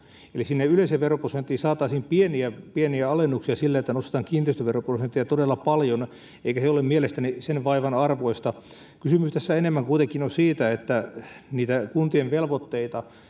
eli yleiseen veroprosenttiin saataisiin pieniä pieniä alennuksia sillä että nostetaan kiinteistöveroprosenttia todella paljon eikä se ole mielestäni sen vaivan arvoista kysymys tässä enemmän kuitenkin on siitä että kuntien velvoitteita